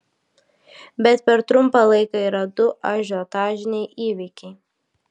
bet per trumpą laiką yra du ažiotažiniai įvykiai